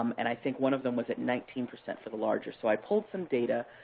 um and i think one of them was at nineteen percent for the larger. so i pulled some data.